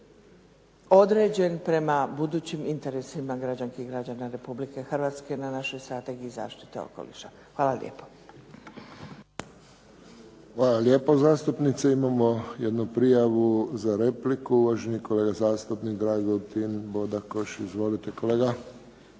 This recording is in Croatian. neodređen prema budućim interesima građanki i građana Republike Hrvatske na našoj Strategiji zaštite okoliša. Hvala lijepo. **Friščić, Josip (HSS)** Hvala lijepo zastupnice. Imamo jednu prijavu za repliku, uvaženi kolega zastupnik Dragutin Bodakoš. Izvolite kolega.